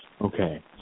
Okay